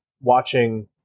watching